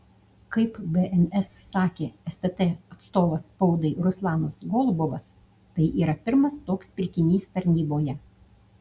kaip bns sakė stt atstovas spaudai ruslanas golubovas tai yra pirmas toks pirkinys tarnyboje